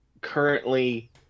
currently